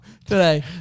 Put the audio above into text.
today